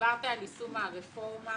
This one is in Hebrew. דיברת על יישום הרפורמה,